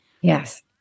Yes